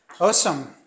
awesome